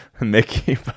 Mickey